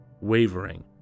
wavering